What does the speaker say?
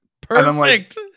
Perfect